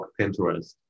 Pinterest